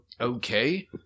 okay